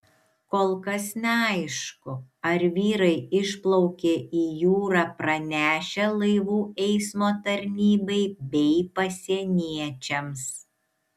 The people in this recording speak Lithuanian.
kol kas neaišku ar vyrai išplaukė į jūrą pranešę laivų eismo tarnybai bei pasieniečiams